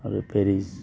आरो पेरिस